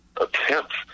attempts